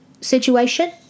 situation